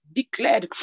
declared